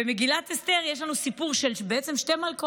במגילת אסתר יש לנו סיפור של שתי מלכות,